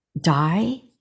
die